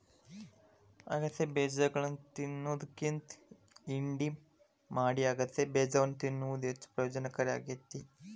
ಅಗಸೆ ಬೇಜಗಳನ್ನಾ ತಿನ್ನೋದ್ಕಿಂತ ಹಿಂಡಿ ಮಾಡಿ ಅಗಸೆಬೇಜವನ್ನು ತಿನ್ನುವುದು ಹೆಚ್ಚು ಪ್ರಯೋಜನಕಾರಿ ಆಕ್ಕೆತಿ